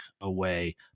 away